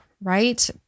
right